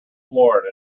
floor